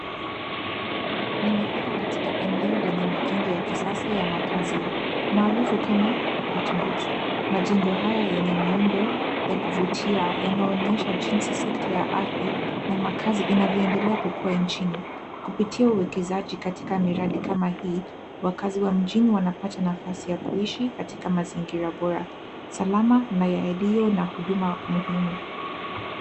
Nimefika katika eneo lenye majengo ya kisasa ya makazi maarafu kama apartments . Majengo haya yenye kuvutia yanaonyesha jinsi sekta ya ardhi na makazi inavyo endelea kukua nchini kupitia uekazaji katika miradi kama hii wakazi wa mjini wanapata nafasi ya kuishi katika mazingira bora, salama na yalio na huduma muhimu.